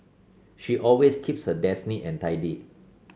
she always keeps her desk neat and tidy